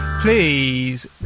please